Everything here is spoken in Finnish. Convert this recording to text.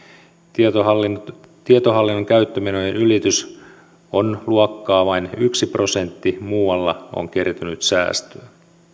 tietohallinnon tietohallinnon käyttömenojen ylitys on luokkaa vain yksi prosentti muualla on kertynyt säästöä